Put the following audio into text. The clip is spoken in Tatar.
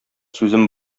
сүзем